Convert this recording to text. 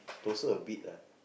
torso a bit lah